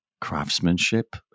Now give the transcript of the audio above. craftsmanship